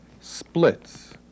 splits